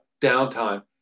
downtime